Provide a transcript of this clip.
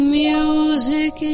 music